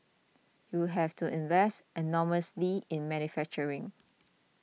you have to invest enormously in manufacturing